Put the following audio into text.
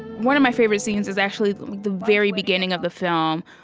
one of my favorite scenes is actually the very beginning of the film,